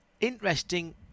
Interesting